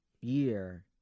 year